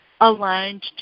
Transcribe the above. aligned